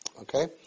Okay